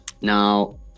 Now